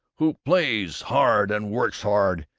who plays hard and works hard,